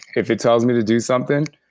if it tells me to do something,